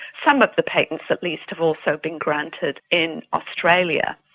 some of the patents at least have also been granted in australia,